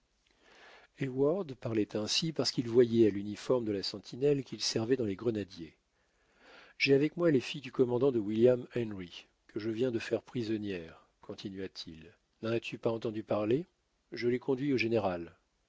parlait ainsi parce qu'il voyait à l'uniforme de la sentinelle qu'il servait dans les grenadiers j'ai avec moi les filles du commandant de williamhenry que je viens de faire prisonnières continua-t-il n'en astu pas entendu parler je les conduis au général